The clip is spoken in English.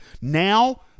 Now